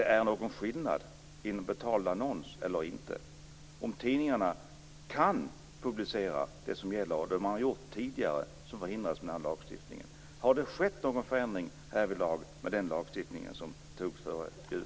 Är det någon skillnad om det införs i en betald annons eller inte? Kan tidningarna publicera det som man har gjort tidigare, eller förhindras det genom den här lagstiftningen? Har det skett någon förändring härvidlag med den lagstiftning som beslutades om före jul?